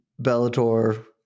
Bellator